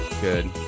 good